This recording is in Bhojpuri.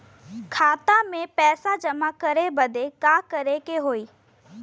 खाता मे पैसा जमा करे बदे का करे के होई?